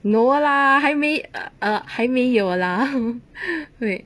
no lah 还没 err 还没有 lah wait